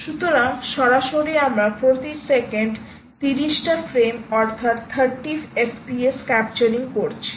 সুতরাং সরাসরি আমরা প্রতি সেকেন্ড 30 ফ্রেম অর্থাৎ 30 fps ক্যাপচারিং করছি